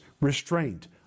restraint